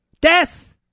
Death